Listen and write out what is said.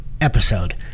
episode